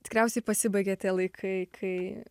tikriausiai pasibaigė tie laikai kai